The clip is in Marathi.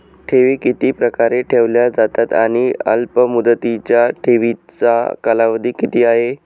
ठेवी किती प्रकारे ठेवल्या जातात आणि अल्पमुदतीच्या ठेवीचा कालावधी किती आहे?